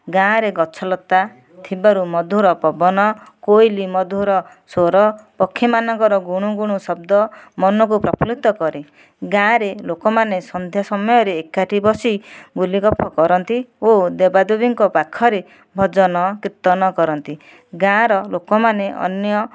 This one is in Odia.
ଗାଁରେ ଗଛଲତା ଥିବାରୁ ମଧୁର ପବନ କୋଇଲି ମଧୁର ସ୍ଵର ପକ୍ଷୀମାନଙ୍କର ଗୁଣୁଗୁଣୁ ଶବ୍ଦ ମନକୁ ପ୍ରଫୁଲ୍ଲିତ କରେ ଗାଁରେ ଲୋକମାନେ ସନ୍ଧ୍ୟା ସମୟରେ ଏକାଠି ବସି ଗୁଲିଗପ କରନ୍ତି ଓ ଦେବାଦେବୀଙ୍କ ପାଖରେ ଭଜନ କୀର୍ତ୍ତନ କରନ୍ତି ଗାଁର ଲୋକମାନେ ଅନ୍ୟ